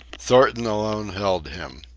thornton alone held him.